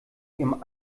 ihrem